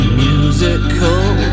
musical